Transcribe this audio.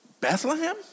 Bethlehem